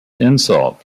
insult